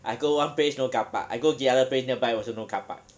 I go one place no carpark I go the other place nearby also no carpark